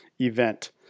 event